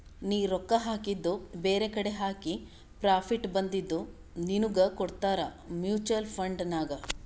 ನೀ ರೊಕ್ಕಾ ಹಾಕಿದು ಬೇರೆಕಡಿ ಹಾಕಿ ಪ್ರಾಫಿಟ್ ಬಂದಿದು ನಿನ್ನುಗ್ ಕೊಡ್ತಾರ ಮೂಚುವಲ್ ಫಂಡ್ ನಾಗ್